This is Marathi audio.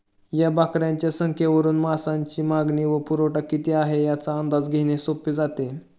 या बकऱ्यांच्या संख्येवरून मांसाची मागणी व पुरवठा किती आहे, याचा अंदाज घेणे सोपे जाते